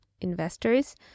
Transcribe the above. investors